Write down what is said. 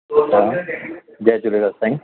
हा जय झूलेलाल साईं